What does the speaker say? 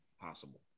possible